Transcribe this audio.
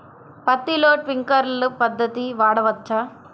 పత్తిలో ట్వింక్లర్ పద్ధతి వాడవచ్చా?